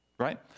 right